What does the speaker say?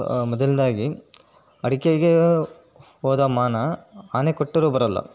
ಮೊದಲ್ನೆದಾಗಿ ಅಡಿಕೆಗೆ ಹೋದ ಮಾನ ಆನೆ ಕೊಟ್ಟರೂ ಬರೋಲ್ಲ